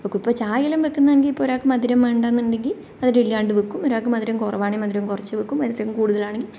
വയ്ക്കും ഇപ്പോൾ ചായയെല്ലാം വയ്ക്കുന്നെങ്കിൽ ഒരാൾക്ക് മധുരം വേണ്ടെന്നുണ്ടെങ്കിൽ മധുരം ഇല്ലാണ്ട് വയ്ക്കും ഒരാൾക്കും മധുരം കുറവാണെങ്കിൽ മധുരം കുറച്ച് വയ്ക്കും എന്നിട്ട് കൂടുതൽ ആണെങ്കിൽ